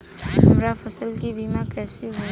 हमरा फसल के बीमा कैसे होई?